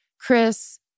Chris